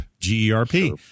G-E-R-P